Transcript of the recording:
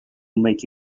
make